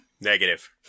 Negative